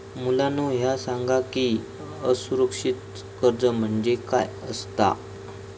मुलांनो ह्या सांगा की असुरक्षित कर्ज म्हणजे काय आसता?